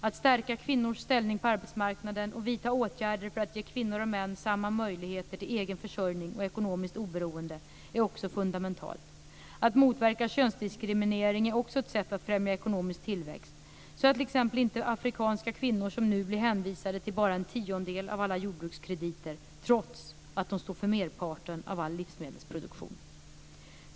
Att stärka kvinnors ställning på arbetsmarknaden och vidta åtgärder för att ge kvinnor och män samma möjligheter till egen försörjning och ekonomiskt oberoende är också fundamentalt. Att motverka könsdiskriminering är också ett sätt att främja ekonomisk tillväxt, så att t.ex. inte afrikanska kvinnor såsom nu blir hänvisade till bara en tiondel av alla jordbrukskrediter, trots att de står för merparten av all livsmedelsproduktion.